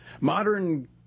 Modern